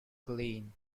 clean